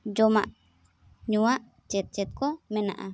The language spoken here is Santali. ᱡᱚᱢᱟᱜ ᱧᱩᱣᱟᱜ ᱪᱮᱫ ᱪᱮᱫ ᱠᱚ ᱢᱮᱱᱟᱜᱼᱟ